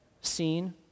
seen